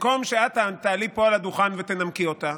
במקום שאת תעלי פה על הדוכן ותנמקי אותה,